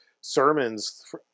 sermons